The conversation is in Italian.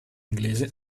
inglese